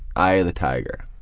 eye of the tiger.